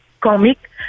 comic